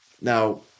now